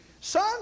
son